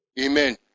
Amen